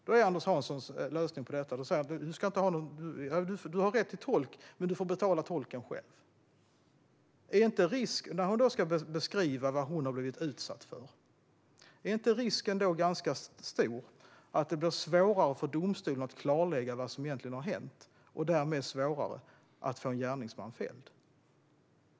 Då är Anders Hanssons lösning att hon har rätt till tolk men att hon får betala den själv. Och när hon ska beskriva vad hon har blivit utsatt för, finns det då inte en ganska stor risk att det blir svårare för domstolen att klarlägga vad som egentligen har hänt och därmed svårare att få en gärningsman fälld?